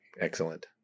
excellent